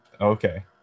Okay